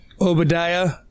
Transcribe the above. Obadiah